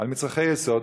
על מצרכי יסוד,